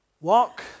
walk